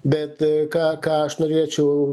bet ką ką aš norėčiau